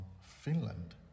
Finland